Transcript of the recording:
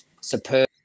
superb